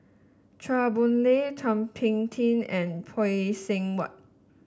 Chua Boon Lay Thum Ping Tjin and Phay Seng Whatt